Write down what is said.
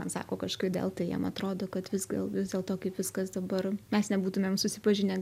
man sako kažkodėl tai jam atrodo kad vis gal vis dėlto kaip viskas dabar mes nebūtumėm susipažinę